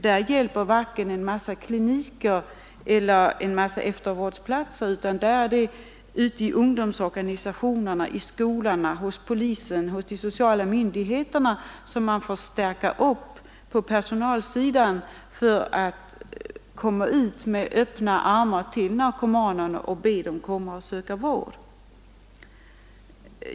Där hjälper varken en mängd kliniker eller eftervård splatser, utan det är ungdomsorganisationerna, skolan, polisen och de sociala myndigheterna som måste förstärkas på personalsidan för att kunna gå ut med öppna famnen till narkomanerna och be dem söka vård.